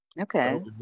Okay